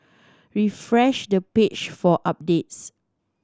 refresh the page for updates